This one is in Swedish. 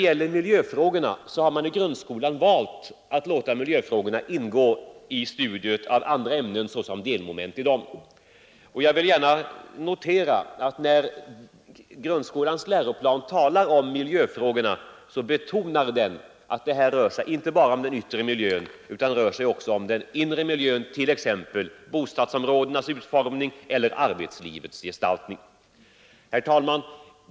I grundskolan har man valt att låta miljöfrågorna ingå som delmoment i studiet av andra ämnen. Jag vill gärna notera att grundskolans läroplan när det gäller miljöfrågorna betonar att det inte bara rör sig om den yttre miljön utan också om den inre miljön, t.ex. bostadsområdenas utformning eller arbetslivets gestaltning. Herr talman!